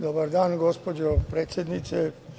Dobar dan, gospođo predsednice.